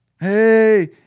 hey